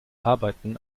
arbeiten